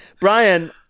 Brian